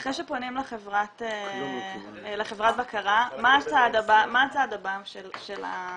--- אחרי שפונים לחברת הבקרה מה הצעד הבא של הזוכה?